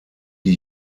die